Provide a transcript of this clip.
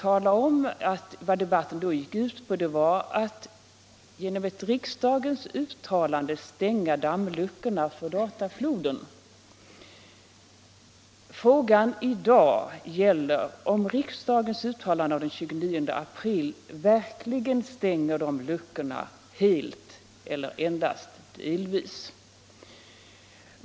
Vad debatten då gick ut på var att genom ett riksdagens uttalande stänga dammluckorna för datafloden. Frågan i dag gäller. om riksdagens uttalande av den 29 april verkligen stänger de luckorna helt. eller om det bara stänger dem delvis.